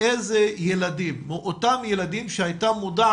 --- נענשתי על-ידי מי שהיה שר האוצר,